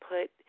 put